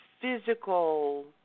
physical